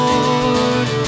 Lord